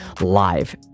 live